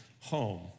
home